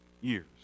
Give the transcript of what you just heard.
years